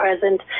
present